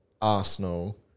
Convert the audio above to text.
Arsenal